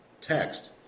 text